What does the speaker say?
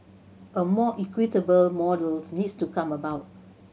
a more equitable models needs to come about